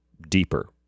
deeper